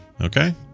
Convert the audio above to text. Okay